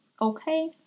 Okay